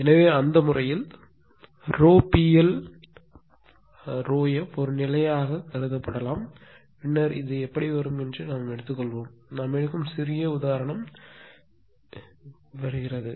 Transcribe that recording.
எனவே அந்த முறையில் PL∂f ஒரு நிலையான கருதப்படலாம் பின்னர் எப்படி வரும் என்பதை நாம் எடுத்துக்கொள்வோம் நாம் எடுக்கும் சிறிய உதாரணம் வரும்